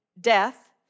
death